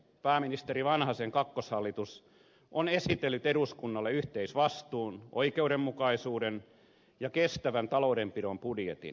pääministeri vanhasen kakkoshallitus on esitellyt eduskunnalle yhteisvastuun oikeudenmukaisuuden ja kestävän taloudenpidon budjetin